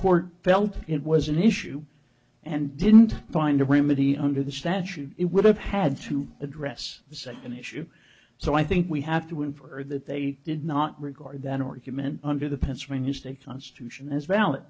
court felt it was an issue and didn't find a remedy under the statute it would have had to address the second issue so i think we have to win for that they did not regard that or human under the pennsylvania state constitution as valid